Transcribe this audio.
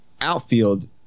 outfield